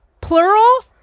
Plural